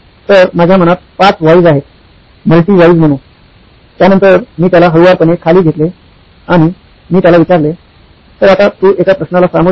तर माझ्या मनात ५ व्हाईज आहेत मल्टी व्हाईज म्हणू त्यानंतर मी त्याला हळुवारपणे खाली घेतले आणि मी त्याला विचारले तर आता तू एका प्रश्नला सामोरे जा